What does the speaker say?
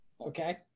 Okay